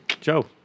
Joe